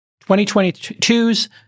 2022's